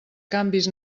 canvis